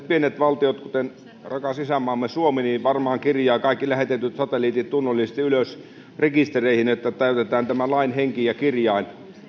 pienet valtiot kuten rakas isänmaamme suomi varmaan kirjaavat kaikki lähetetyt satelliitit tunnollisesti ylös rekistereihin että täytetään tämä lain henki ja kirjain